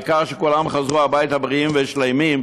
העיקר שכולם חזרו הביתה בריאים ושלמים,